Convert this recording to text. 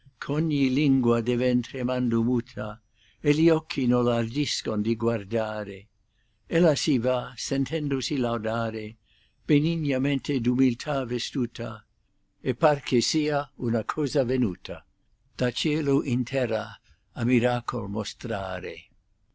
ogni lingua diven tremando muta e gli occhi non ardiscon di guardare ella sen va sentendosi laudare benignamente d umiltà vestuta e par che sia una cosa venuta di cielo in terra a miracol mostrare